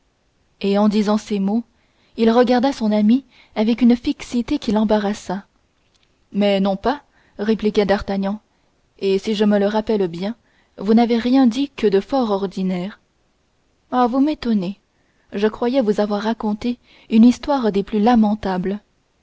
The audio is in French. et en disant ces mots il regarda son ami avec une fixité qui l'embarrassa mais non pas répliqua d'artagnan et si je me le rappelle bien vous n'avez rien dit que de fort ordinaire ah vous m'étonnez je croyais vous avoir raconté une histoire des plus lamentables